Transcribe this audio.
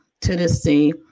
Tennessee